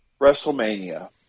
WrestleMania